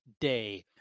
day